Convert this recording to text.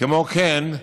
כמו כן,